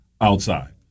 outside